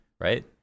Right